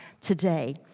today